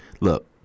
look